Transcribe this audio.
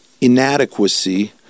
inadequacy